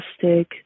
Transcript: plastic